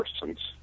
persons